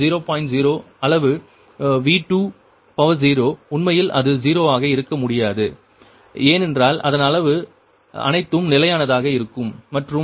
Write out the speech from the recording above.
0 அளவு V20 உண்மையில் அது 0 ஆக இருக்க முடியாது ஏனென்றால் அதன் அளவு அனைத்தும் நிலையானதாக இருக்கும் மற்றும் 20 0